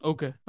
Okay